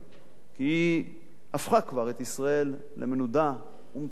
כי היא הפכה כבר את ישראל למנודה ומצורעת